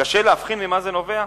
קשה להבחין ממה זה נובע?